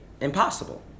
impossible